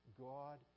God